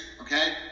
okay